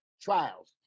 trials